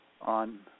on